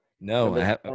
No